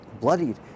bloodied